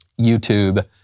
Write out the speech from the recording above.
YouTube